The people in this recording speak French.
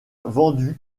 vendus